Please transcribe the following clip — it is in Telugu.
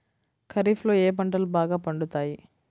ఖరీఫ్లో ఏ పంటలు బాగా పండుతాయి?